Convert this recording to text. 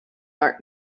art